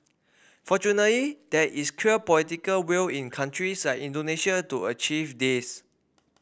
fortunately there is clear political will in countries like Indonesia to achieve this